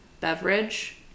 beverage